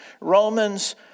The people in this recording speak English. Romans